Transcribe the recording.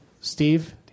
Steve